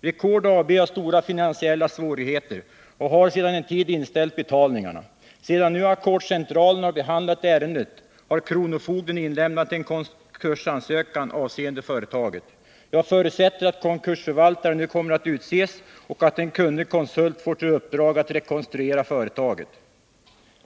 Record AB har stora finansiella svårigheter och har sedan en tid tillbaka inställt betalningarna. Sedan nu ackordcentralen behandlat ärendet har kronofogden inlämnat en konkursansökan avseende företaget. Jag förutsät att trygga sysselsättningen i Bollnäs ter att konkursförvaltare nu kommer att utses och att en kunnig konsult får till uppdrag att rekonstruera företaget.